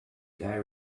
guy